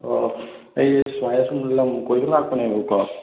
ꯑꯥ ꯑꯩ ꯁꯨꯃꯥꯏꯅꯁꯨꯝ ꯂꯝ ꯀꯣꯏꯕ ꯂꯥꯛꯄꯅꯦꯕꯀꯣ